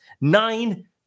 nine